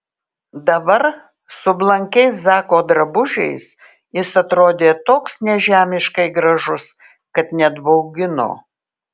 dabar su blankiais zako drabužiais jis atrodė toks nežemiškai gražus kad net baugino